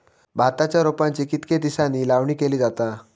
भाताच्या रोपांची कितके दिसांनी लावणी केली जाता?